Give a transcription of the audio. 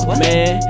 man